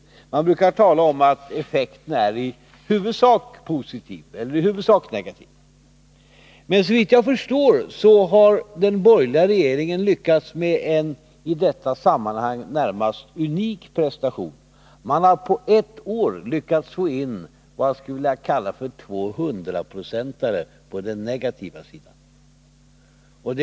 Man brukar säga att effekten är i huvudsak positiv eller i huvudsak negativ. Men såvitt jag förstår har den borgerliga regeringen lyckats med en i detta sammanhang närmast unik prestation; man har på ett år lyckats få in, vad jag skulle vilja kalla, två hundraprocentare på den negativa sidan.